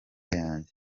yanjye